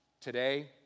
today